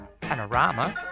Panorama